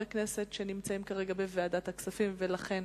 כנסת שנמצאים כרגע בוועדת הכספים ולכן